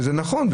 וזה נכון,